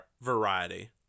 variety